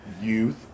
youth